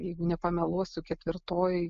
jeigu nepameluosiu ketvirtoj